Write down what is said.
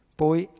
poi